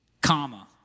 comma